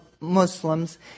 Muslims